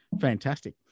Fantastic